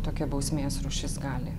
tokia bausmės rūšis gali